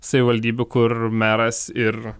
savivaldybių kur meras ir